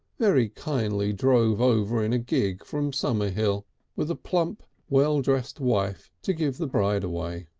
very kindly drove over in a gig from sommershill with a plump, well-dressed wife to give the bride away.